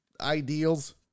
ideals